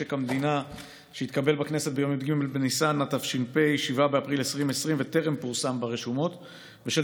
משק המדינה (תיקון מס' 10 והוראת שעה לשנת 2020). לקראת